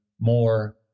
more